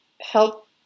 help